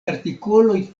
artikoloj